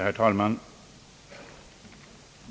Herr talman!